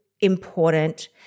important